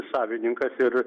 savininkas ir